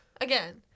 Again